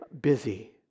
busy